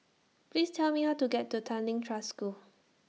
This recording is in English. Please Tell Me How to get to Tanglin Trust School